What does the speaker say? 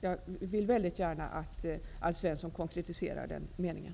Jag vill väldigt gärna att Alf Svensson konkretiserar den meningen.